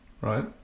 right